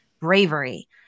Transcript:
bravery